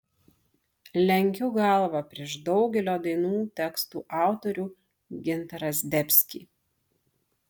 lenkiu galvą prieš daugelio dainų tekstų autorių gintarą zdebskį